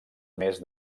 més